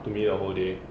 to me the whole day